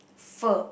pho